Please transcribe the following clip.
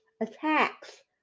attacks